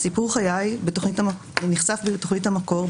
סיפור חיי נחשף בתוכנית המקור,